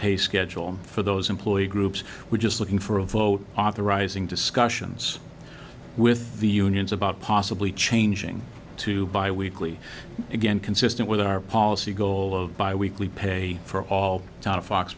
pay schedule for those employee groups we're just looking for a vote authorizing discussions with the unions about possibly changing to buy weekly again consistent with our policy goal of bi weekly pay for all